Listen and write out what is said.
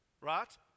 right